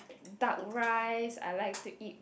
duck rice I like to eat